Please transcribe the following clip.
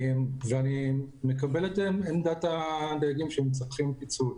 ואני מקבל את עמדת הדייגים שהם צריכים פיצוי.